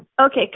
okay